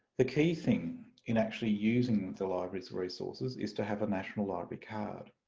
the key thing in actually using the library's resources is to have a national library card.